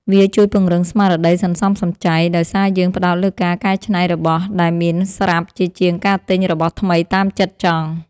វាជួយពង្រឹងស្មារតីសន្សំសំចៃ ដោយសារយើងផ្ដោតលើការកែច្នៃរបស់ដែលមានស្រាប់ជាជាងការទិញរបស់ថ្មីតាមចិត្តចង់។